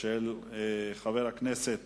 של חבר הכנסת